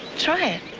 try it.